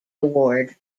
award